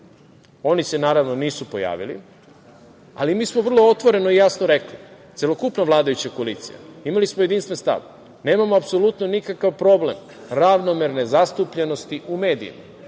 Oni se, naravno, nisu pojavili. Ali, mi smo vrlo otvoreno i jasno rekli, celokupna vladajuća koalicija, imali smo jedinstven stav – nemamo apsolutno nikakav problem ravnomerne zastupljenosti u medijima,